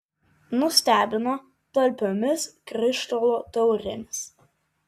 nustebino talpiomis krištolo taurėmis